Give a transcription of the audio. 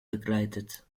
begleitet